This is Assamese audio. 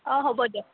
অঁ হ'ব দিয়ক